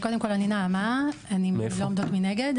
אני נעמה, אני מ"לא עומדות מנגד".